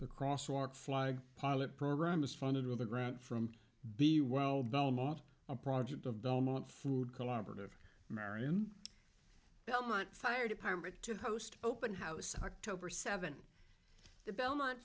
the cross walk flag pilot program is funded with a grant from the wild belmont a project of belmont food collaborative marion belmont fire department to post open house october seventh the belmont